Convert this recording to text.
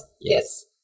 Yes